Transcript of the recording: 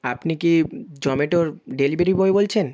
আপনি কি জোম্যাটোর ডেলিভারি বয় বলছেন